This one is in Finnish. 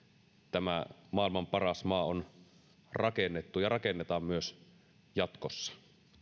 tämä maailman paras maa on rakennettu ja rakennetaan myös jatkossa